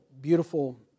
beautiful